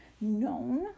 known